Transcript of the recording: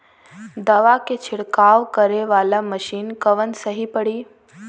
दवा के छिड़काव करे वाला मशीन कवन सही पड़ी?